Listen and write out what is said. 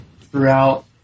throughout